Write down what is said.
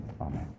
Amen